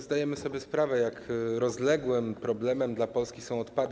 Zdajemy sobie sprawę, jak rozległym problemem dla Polski są odpady.